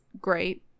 great